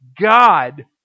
God